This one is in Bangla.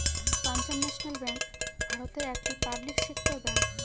পাঞ্জাব ন্যাশনাল ব্যাঙ্ক ভারতের একটি পাবলিক সেক্টর ব্যাঙ্ক